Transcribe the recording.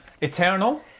Eternal